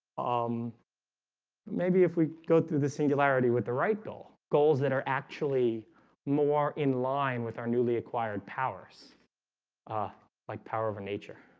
um maybe if we go through the singularity with the right goal goals that are actually more in line with our newly acquired powers ah like power of a nature